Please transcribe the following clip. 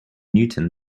newton